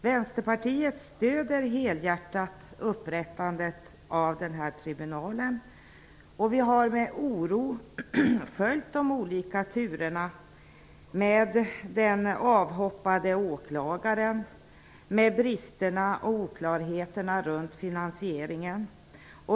Vänsterpartiet stöder helhjärtat upprättandet av denna tribunal. Vi har med oro följt de olika turerna med den avhoppade åklagaren och bristerna och oklarheterna runt finansieringen.